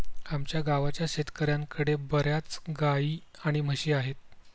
आमच्या गावाच्या शेतकऱ्यांकडे बर्याच गाई आणि म्हशी आहेत